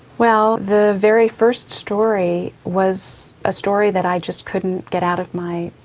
well the very first story was a story that i just couldn't get out of my